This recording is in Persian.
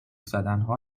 زدنها